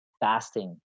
fasting